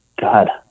God